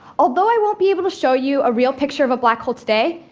although i won't be able to show you a real picture of a black hole today,